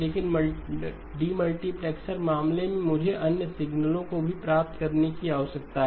लेकिन डीमल्टीप्लेक्सर मामले में मुझे अन्य सिग्नलो को भी प्राप्त करने की आवश्यकता है